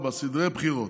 4. סדרי בחירות,